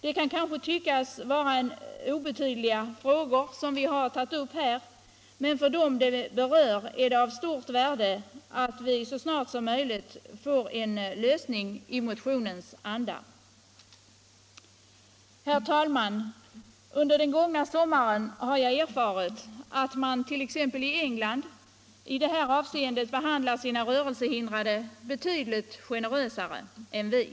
Det kan ju tyckas vara obetydliga frågor som vi här tagit upp, men för dem som berörs är det av stort värde att vi så snart som möjligt får en lösning i motionens anda. Herr talman! Under den gångna sommaren har jag erfarit att man it.ex. England i detta avseende behandlar sina rörelsehindrade betydligt generösare än vi gör.